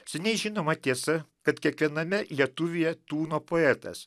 seniai žinoma tiesa kad kiekviename lietuvyje tūno poetas